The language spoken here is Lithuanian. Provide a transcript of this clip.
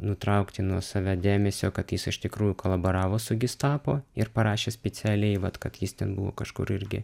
nutraukti nuo save dėmesį o kad jis iš tikrųjų kolaboravo su gestapu ir parašė specialiai vat kad jis ten buvo kažkur irgi